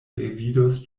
revidos